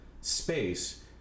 space